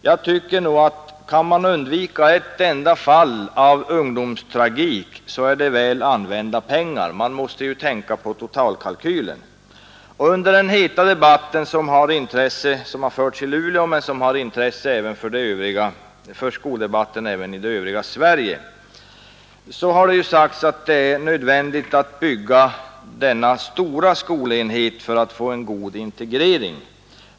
Jag tycker nog att kan man undvika ett enda fall av ungdomstragik, så är det väl använda pengar. Man måste ju tänka på totalkalkylen. Under den heta debatt som förts i Luleå men som har intresse för skoldebatten även i det övriga Sverige har det ju sagts att det är nödvändigt att bygga denna stora skolenhet för att få en god integrering.